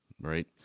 right